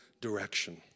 direction